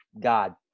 God